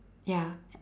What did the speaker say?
ya